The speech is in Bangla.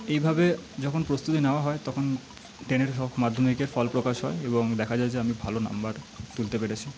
এইভাবে যখন প্রস্তুতি নেওয়া হয় তখন টেনের বা মাধ্যমিকের ফলপ্রকাশ হয় এবং দেখা যায় যে আমি ভালো নাম্বার তুলতে পেরেছি